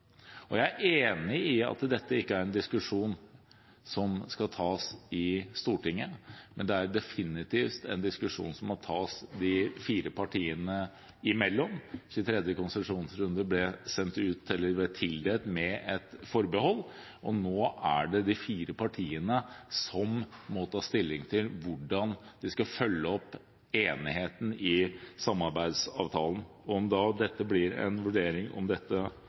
2011. Jeg er enig i at dette ikke er en diskusjon som skal tas i Stortinget, men det er definitivt en diskusjon som må tas de fire partiene imellom. 23. konsesjonsrunde ble tildelt med et forbehold, og nå er det de fire partiene som må ta stilling til hvordan de skal følge opp enigheten i samarbeidsavtalen. Om det blir en vurdering av om dette